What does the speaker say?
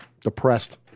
Depressed